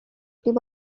দিব